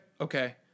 okay